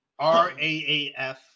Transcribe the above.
RAAF